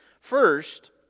first